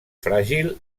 fràgil